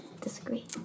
disagree